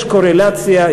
יש קורלציה,